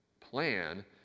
plan